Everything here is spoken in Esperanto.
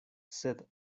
sed